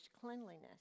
cleanliness